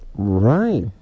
Right